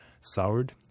soured